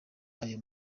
ayo